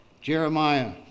Jeremiah